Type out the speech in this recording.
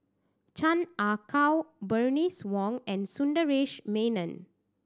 Chan Ah Kow Bernice Wong and Sundaresh Menon